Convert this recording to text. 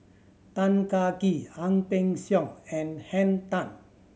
Tan Kah Kee Ang Peng Siong and Henn Tan